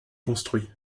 construit